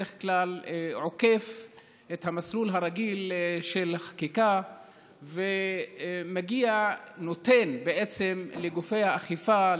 בדרך כלל עוקף את המסלול הרגיל של החקיקה ונותן בעצם לגופי האכיפה,